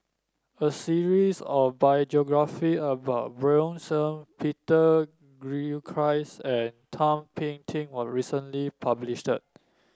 a series of biographies about Bjorn Shen Peter Gilchrist and Thum Ping Tjin was recently published